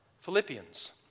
Philippians